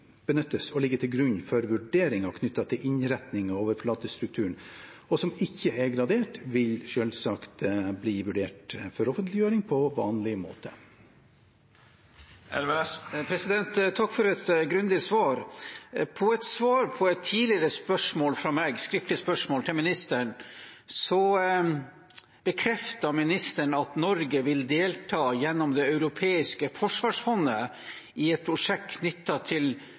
benyttes og ligge til grunn for vurderinger knyttet til innretningen av overflatestrukturen, og som ikke er gradert, vil selvsagt bli vurdert for offentliggjøring på vanlig måte. Takk for et grundig svar. I et svar på et tidligere, skriftlig spørsmål fra meg til ministeren bekreftet ministeren at Norge gjennom Det europeiske forsvarsfondet, EDF, vil delta i et prosjekt knyttet til